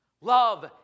Love